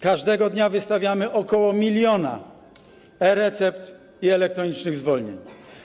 Każdego dnia wystawiamy ok. miliona e-recept i elektronicznych zwolnień.